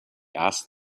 asked